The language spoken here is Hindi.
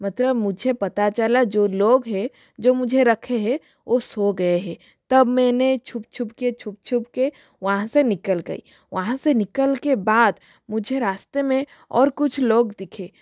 मतलब मुझे पता चला जो लोग है जो मुझे रखे है वो सो गए हैं तब मैंने छुप छुप के छुप छुप के वहाँ से निकल गई वहाँ से निकलने के बाद मुझे रास्ते में और कुछ लोग दिखे